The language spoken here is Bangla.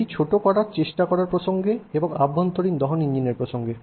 এটি ছোট করার চেষ্টা করার প্রসঙ্গে এবং অভ্যন্তরীণ দহন ইঞ্জিনের প্রসঙ্গে